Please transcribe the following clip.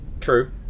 True